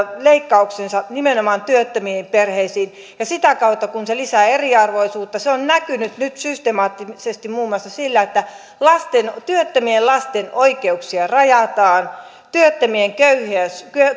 leikkauksensa nimenomaan työttömien perheisiin ja sitä kautta lisää eriarvoisuutta se on näkynyt nyt systemaattisesti muun muassa siinä että työttömien lasten oikeuksia rajataan työttömien köyhyyttä